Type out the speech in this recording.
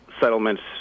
settlements